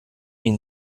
ihn